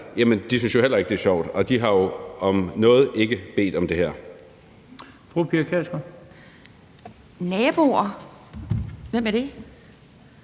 andet lige heller ikke synes, at det er sjovt. Og de har jo om nogen ikke bedt om det her.